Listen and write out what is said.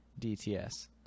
DTS